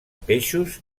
peixos